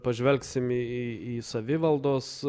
pažvelgsim į į savivaldos